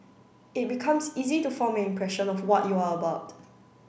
it becomes easy to form an impression of what you are about